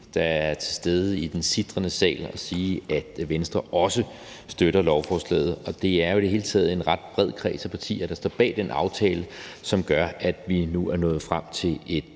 der er i salen, og sige, at Venstre også støtter lovforslaget. Det er jo i det hele taget en ret bred kreds af partier, der står bag den aftale, som gør, at vi nu er nået frem til et